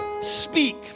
speak